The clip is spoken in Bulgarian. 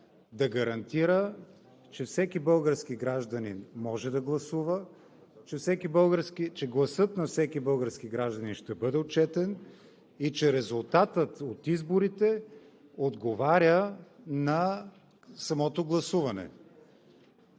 да гарантира, че всеки български гражданин може да гласува, че гласът на всеки български гражданин ще бъде отчетен и че резултатът от изборите отговаря на самото гласуване.